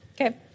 Okay